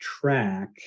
track